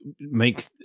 make